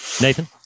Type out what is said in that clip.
Nathan